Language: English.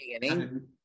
beginning